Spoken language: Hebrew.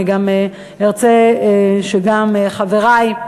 אני ארצה שגם חברי,